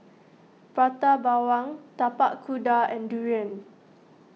Prata Bawang Tapak Kuda and Durian